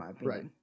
Right